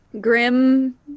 Grim